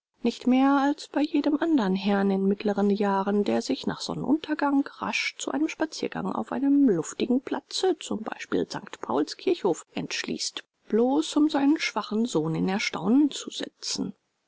nicht mehr als bei jedem andern herrn in mittleren jahren der sich nach sonnenuntergang rasch zu einem spaziergang auf einem luftigen platze zum beispiel sankt pauls kirchhof entschließt bloß um seinen schwachen sohn in erstaunen zu setzen